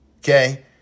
Okay